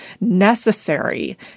necessary